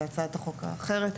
בהצעת החוק האחרת,